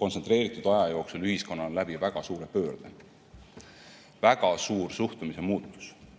kontsentreeritud aja jooksul ühiskonnana läbi väga suure pöörde. Väga suur suhtumise muutus.